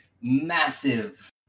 massive